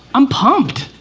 i'm pumped.